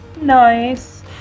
Nice